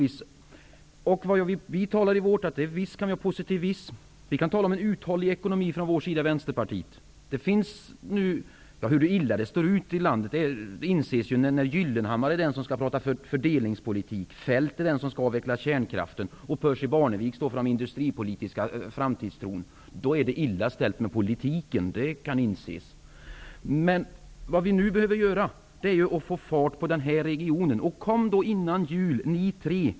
Visst kan vi från vänsterpartiet tala om positivism och en uthållig ekonomi, men man inser ju hur illa det står till i landet när Pehr Gyllenhammar skall tala fördelningspolitik, Kjell-Olof Feldt avveckla kärnkraften och Percy Barnevik stå för den industripolitiska framtidstron. Då kan man inse att det är illa ställt med politiken. Vad vi nu behöver göra är att få fart på denna region. Kom då med någonting innan jul!